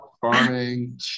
farming